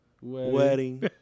wedding